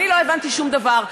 אני לא הבנתי שום דבר.